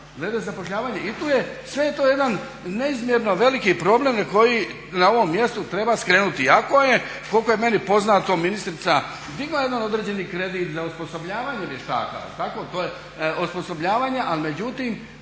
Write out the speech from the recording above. glede zapošljavanja. I tu je, sve je to jedan neizmjerno veliki problem koji na ovom mjestu treba skrenuti, ako je koliko je meni poznato ministrica ima jedan određeni kredit za osposobljavanje vještaka, tako to je osposobljavanje, ali međutim